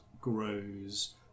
grows